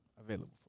Available